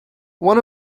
one